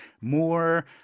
more